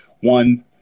one